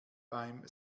beim